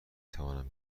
توانم